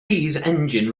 engine